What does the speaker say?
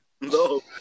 No